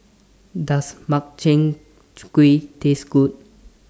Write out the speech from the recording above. Does Makchang Gui Taste Good